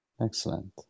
Excellent